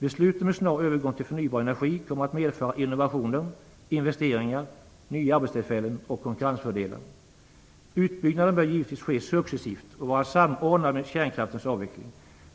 Beslut om en snar övergång till förnybar energi kommer att medföra innovationer, investeringar, nya arbetstillfällen och konkurrensfördelar. Utbyggnaden bör givetvis ske successivt och vara samordnad med kärnkraftens avveckling.